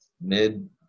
mid